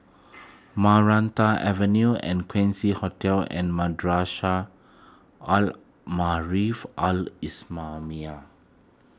Maranta Avenue and Quincy Hotel and Madrasah Al Maarif Al Islamiah